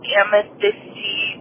amethysty